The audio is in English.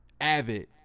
Avid